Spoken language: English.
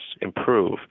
improve